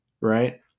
right